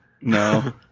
No